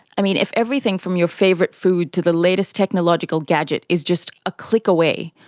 i mean, if everything from your favourite food to the latest technological gadget is just a click away,